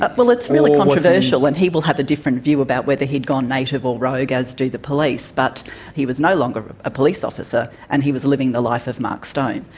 ah it's really controversial and he will have a different view about whether he'd gone native or rogue, as do the police, but he was no longer a police officer and he was living the life of mark stone.